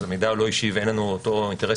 אז המידע לא אישי ואין לנו אותו אינטרס